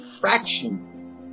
fraction